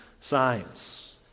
science